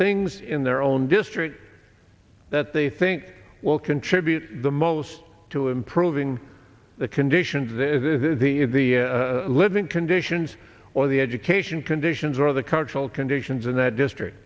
things in their own district that they think will contribute the most to improving the conditions that is the living conditions or the education conditions or the cultural conditions in that district